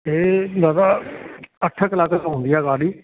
हीअ दादा अठ कलाक लाइ हूंदी आहे गाॾी